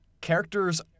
characters